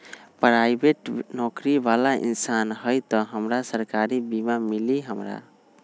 Private नौकरी बाला इंसान हई त हमरा सरकारी बीमा मिली हमरा?